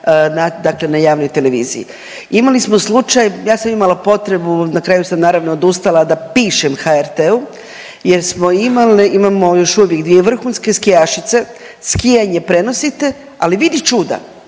dakle na javnoj televiziji. Imali smo slučaj, ja sam imala potrebu na kraju sam naravno odustala da pišem HRT-u jer smo imali, imamo još uvijek dvije vrhunske skijašice, skijanje prenosite, ali vidi čuda